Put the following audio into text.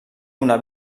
una